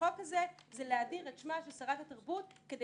לחוק הזה הוא להאדיר את שמה של שרת התרבות כדי